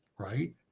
right